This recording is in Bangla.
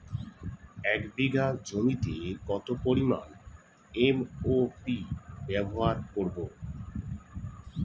এক বিঘা জমিতে কত পরিমান এম.ও.পি ব্যবহার করব?